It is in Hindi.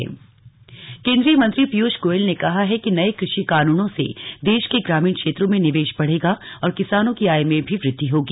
पीयुश गोयल आन कशि कानुन केन्द्रीय मंत्री पीयूष गोयल ने कहा है कि नये कृषि कानूनों से देश के ग्रामीण क्षेत्रों में निवेश बढ़ेगा और किसानों की आय में भी वृद्धि होगी